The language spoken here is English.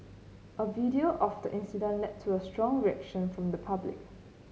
a video of the incident led to a strong reaction from the public